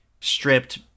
stripped